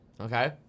okay